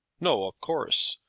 no of course.